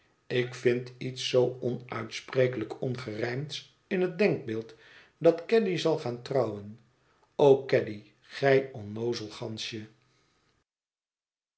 ik vind iets zoo onuitsprekelijk ongerijmds in het denkbeeld dat caddy zal gaan trouwen o caddy gij onnoozel gansje